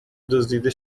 دزدیده